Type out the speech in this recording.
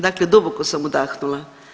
Dakle duboko sam udahnula.